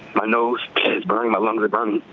my nose is burning. my lungs are burning.